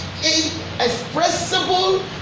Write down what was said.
inexpressible